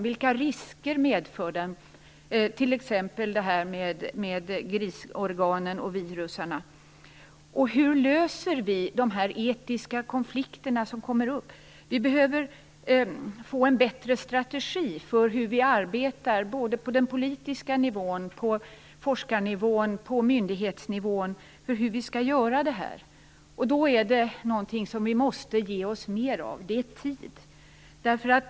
Vilka risker medför de? Jag tänker t.ex. på det här med grisorgan och virus. Och hur löser vi de etiska konflikter som uppstår? Vi behöver få en bättre strategi för arbetet med det här på den politiska nivån, på forskarnivån och på myndighetsnivån. Då måste vi ge oss mer av någonting: tid.